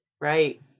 Right